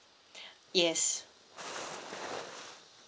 yes